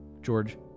George